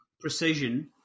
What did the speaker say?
precision